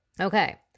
Okay